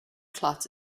clot